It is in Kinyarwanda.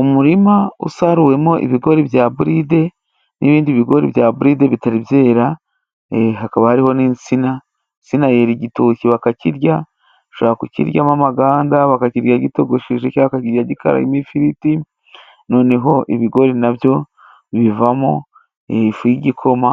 Umurima usaruwemo ibigori bya buride n'ibindi bigori bya buride bitari byera hakaba hariho n'insina, insina yera igitoki bakakirya, bashobora kukiryamo amaganda, bakakirya gitogosheje cyangwa bakakirya gikaranzemo ifiriti noneho ibigori na byo bivamo ifu y'igikoma